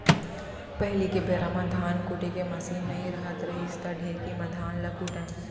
पहिली के बेरा म धान कुटे के मसीन नइ रहत रहिस त ढेंकी म धान ल कूटयँ